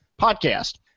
podcast